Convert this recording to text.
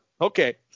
Okay